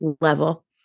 level